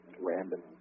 random